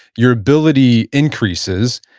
your ability increases,